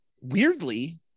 weirdly